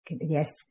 Yes